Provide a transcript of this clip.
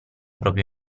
propria